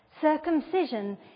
Circumcision